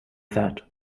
that